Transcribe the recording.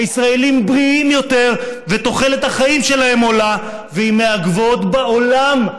שהישראלים בריאים יותר ותוחלת החיים שלהם עולה והיא מהגבוהות בעולם.